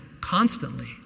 constantly